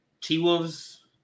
T-Wolves